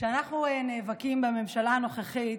כשאנחנו נאבקים בממשלה הנוכחית,